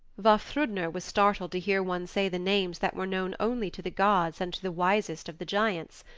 vafthrudner was startled to hear one say the names that were known only to the gods and to the wisest of the giants.